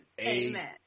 amen